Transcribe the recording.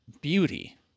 beauty